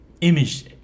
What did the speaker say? image